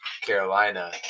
Carolina